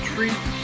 Treat